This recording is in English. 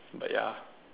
but ya